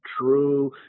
true